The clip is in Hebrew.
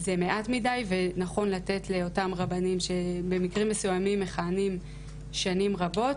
זה מעט מדי ונכון לתת לאותם רבנים שבמקרים מסוימים מכהנים שנים רבות,